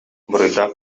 буруйдаах